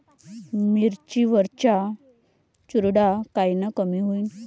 मिरची वरचा चुरडा कायनं कमी होईन?